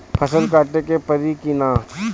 फसल काटे के परी कि न?